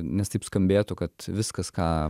nes taip skambėtų kad viskas ką